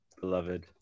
beloved